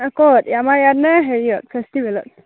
অঁ ক'ত আমাৰ ইয়াত নাই হেৰিয়ত ফেষ্টিভেলত